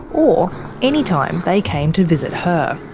or any time they came to visit her.